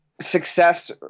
success